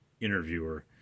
interviewer